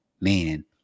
Man